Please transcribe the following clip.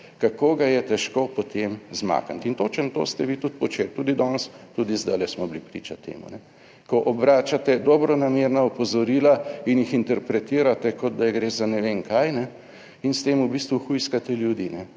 kako ga je težko potem izmakniti. In točno to ste vi tudi počeli, tudi danes, tudi zdajle smo bili priča temu, ko obračate dobronamerna opozorila in jih interpretirate kot da gre za ne vem kaj in s tem v bistvu hujskate ljudi.